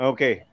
Okay